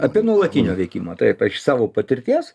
apie nuolatinio veikimo taip aš iš savo patirties